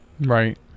right